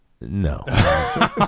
No